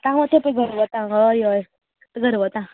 आतां वता हेंपय घरा वता हय हय घरा वता